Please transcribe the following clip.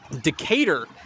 Decatur